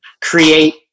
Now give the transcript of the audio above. create